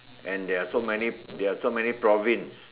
and they are so many they have so many province